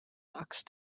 axt